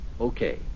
Okay